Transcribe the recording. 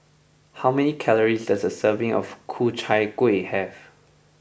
how many calories does a serving of Ku Chai Kueh have